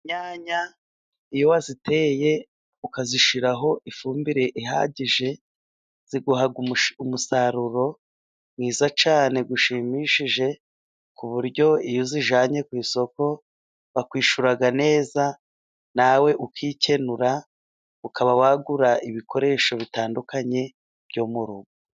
Inyanya iyo waziteye ukazishyiraho ifumbire ihagije, ziguha umusaruro mwiza cyane ushimishije. Ku buryo iyo uzijyanye ku isoko, bakwishyura neza, nawe ukikenura, ukaba wagura ibikoresho bitandukanye byo mu rugo.